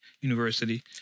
University